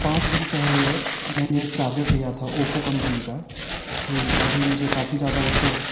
पाँच दिन पहले मैंने एक चार्जर लिया था ओपो कम्पनी कम्पनी का ही अभी मुझे काफ़ी ज़्यादा उसे